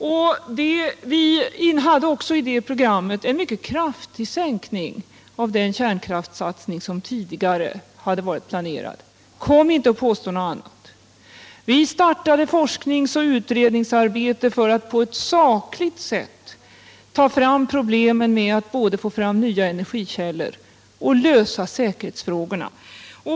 Och vi hade också i det programmet en mycket kraftig minskning av den kärnkraftssatsning som tidigare hade varit planerad. Kom inte och påstå något annat! Vi startade forskningsoch utredningsarbete för att på ett sakligt sätt granska problemen både med att få fram nya energikällor och med att lösa säkerhetsfrågorna.